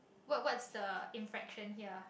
what what is the inflation here